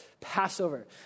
Passover